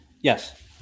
Yes